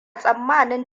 tsammanin